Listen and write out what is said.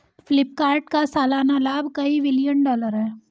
फ्लिपकार्ट का सालाना लाभ कई बिलियन डॉलर है